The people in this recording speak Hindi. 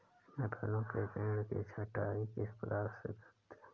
मैं फलों के पेड़ की छटाई किस प्रकार से करूं?